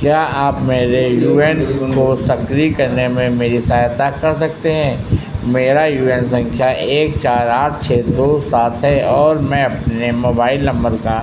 क्या आप मेरे यू ए एन को सक्रिय करने में मेरी सहायता कर सकते हैं मेरा यू एन संख्या एक चार आठ छः दो सात है और मैं अपने मोबाइल नंबर का